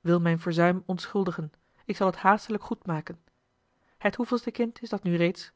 wil mijn verzuim ontschuldigen ik zal t haastelijk goedmaken het hoeveelste kind is dat nu reeds